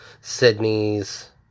Sydney's